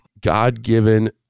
God-given